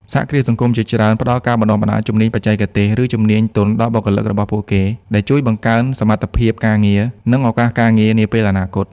សហគ្រាសសង្គមជាច្រើនផ្តល់ការបណ្តុះបណ្តាលជំនាញបច្ចេកទេស ឬជំនាញទន់ដល់បុគ្គលិករបស់ពួកគេ ដែលជួយបង្កើនសមត្ថភាពការងារ និងឱកាសការងារនាពេលអនាគត។